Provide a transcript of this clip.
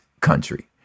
country